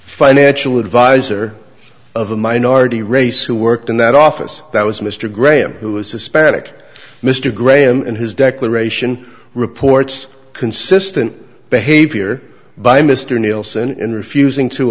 financial advisor of a minority race who worked in that office that was mr graham who is suspect mr graham in his declaration reports consistent behavior by mr nielsen in refusing to